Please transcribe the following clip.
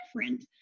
different